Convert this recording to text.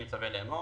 אני מצווה לאמור: